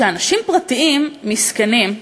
שאנשים פרטיים מסכנים,